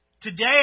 Today